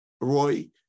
roy